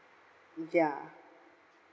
ya